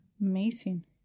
Amazing